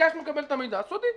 ביקשנו לקבל את המידע ואז: סודי,